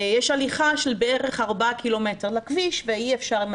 יש הליכה של בערך 4 קמ' לכביש ואי אפשר עם